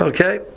Okay